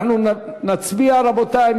אנחנו נצביע, רבותי.